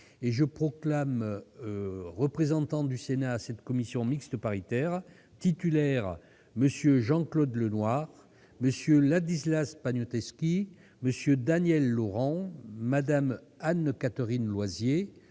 et je proclame représentants du Sénat à cette commission mixte paritaire : Titulaires : MM. Jean-Claude Lenoir, Ladislas Poniatowski, Daniel Laurent, Mme Anne-Catherine Loisier,